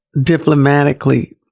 diplomatically